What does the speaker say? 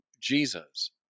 Jesus